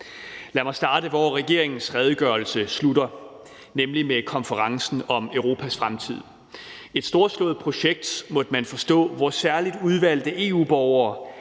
Lad mig starte, hvor regeringens redegørelse slutter, nemlig med konferencen om Europas fremtid – et storslået projekt, måtte man forstå, hvor særligt udvalgte EU-borgere